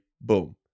boom